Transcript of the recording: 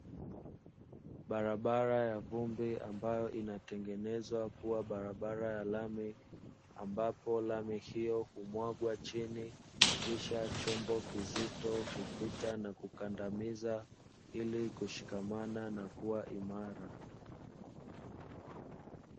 Barabara ya vumbi ambayo inayotengenezwa kuwa barabara ya rami, ambapo rami hiyo humwagwa chini kisha chombo kizito hupita na kukandamiza, ili kushikamana na kuwa imara.